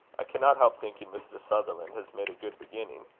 i cannot help thinking mr. sutherland has made a good beginning.